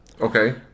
Okay